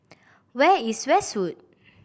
where is Westwood